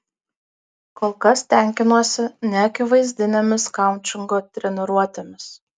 kol kas tenkinuosi neakivaizdinėmis koučingo treniruotėmis